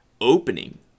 opening